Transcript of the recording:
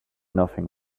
nothing